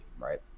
right